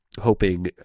hoping